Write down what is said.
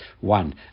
one